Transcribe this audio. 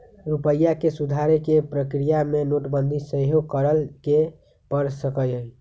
रूपइया के सुधारे कें प्रक्रिया में नोटबंदी सेहो करए के पर सकइय